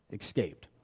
escaped